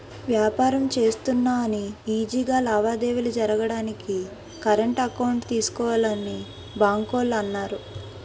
వ్యాపారం చేస్తున్నా అని ఈజీ గా లావాదేవీలు జరగడానికి కరెంట్ అకౌంట్ తీసుకోవాలని బాంకోల్లు అన్నారు